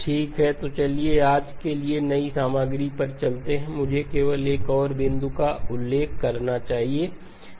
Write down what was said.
ठीक है तो चलिए आज के लिए नई सामग्री पर चलते हैं मुझे केवल एक और बिंदु का उल्लेख करना चाहिए